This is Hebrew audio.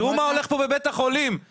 יושב ראש חטיבת בתי חולים וסגן יושב ראש הר"י.